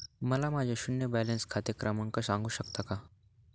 मला माझे शून्य बॅलन्स खाते क्रमांक सांगू शकता का?